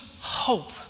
hope